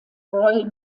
royal